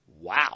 Wow